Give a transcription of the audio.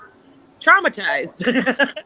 traumatized